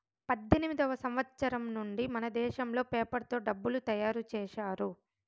పద్దెనిమిదివ సంవచ్చరం నుండి మనదేశంలో పేపర్ తో డబ్బులు తయారు చేశారు